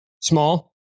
small